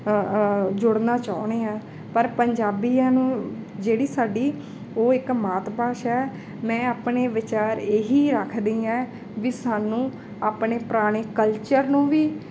ਜੁੜਨਾ ਚਾਹੁੰਦੇ ਹਾਂ ਪਰ ਪੰਜਾਬੀਆਂ ਨੂੰ ਜਿਹੜੀ ਸਾਡੀ ਉਹ ਇੱਕ ਮਾਤ ਭਾਸ਼ਾ ਮੈਂ ਆਪਣੇ ਵਿਚਾਰ ਇਹ ਹੀ ਆਖਦੀ ਹੈ ਵੀ ਸਾਨੂੰ ਆਪਣੇ ਪੁਰਾਣੇ ਕਲਚਰ ਨੂੰ ਵੀ